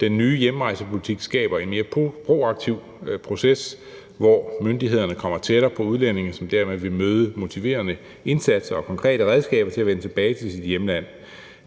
Den nye hjemrejsepolitik skaber en mere proaktiv proces, hvor myndighederne kommer tættere på udlændingene, som dermed vil møde motiverende indsatser og konkrete redskaber med hensyn til at vende tilbage til deres hjemland.